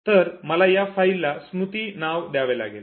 तर मला या फाईलला स्मृती असे ना द्यावे लागेल